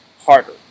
harder